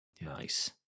nice